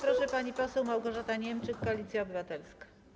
Proszę, pani poseł Małgorzata Niemczyk, Koalicja Obywatelska.